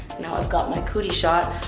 now i've got my cootie shot.